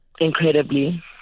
Incredibly